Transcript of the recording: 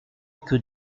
que